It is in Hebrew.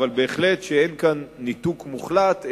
אבל בהחלט אין כאן ניתוק מוחלט,